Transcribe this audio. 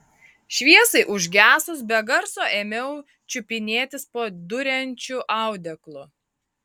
šviesai užgesus be garso ėmiau čiupinėtis po duriančiu audeklu